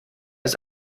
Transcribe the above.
ist